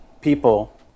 people